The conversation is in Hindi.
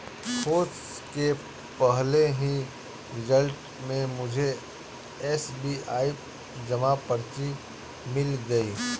खोज के पहले ही रिजल्ट में मुझे एस.बी.आई जमा पर्ची मिल गई